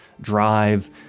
Drive